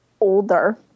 older